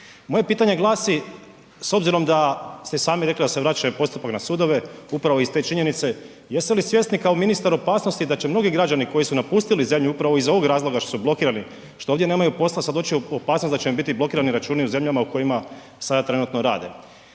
Moje pitanje glasi, s obzirom da ste i sami rekli da se vraća postupak na sudove upravo iz te činjenice, jeste li svjesni kao ministar opasnosti da će mnogi građani koji su napustili zemlju upravo iz ovog razloga što su blokirani, što ovdje nemaju posla sada doći u opasnost da će im biti blokirani računi u zemljama u kojima sada trenutno rade?